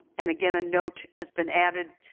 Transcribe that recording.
and again a note has been added,